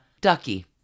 Ducky